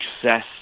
success